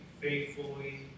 faithfully